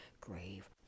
grave